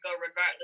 regardless